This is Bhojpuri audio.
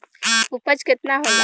उपज केतना होला?